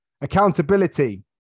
Accountability